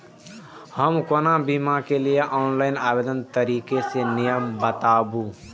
हम कोनो बीमा के लिए ऑनलाइन आवेदन करीके नियम बाताबू?